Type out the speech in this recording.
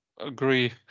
agree